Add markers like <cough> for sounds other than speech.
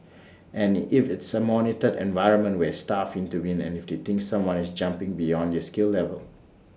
<noise> and if it's A monitored environment where staff intervene and if they think someone is jumping beyond their skill level